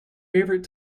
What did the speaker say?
favorite